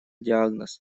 диагноз